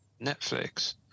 netflix